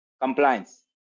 compliance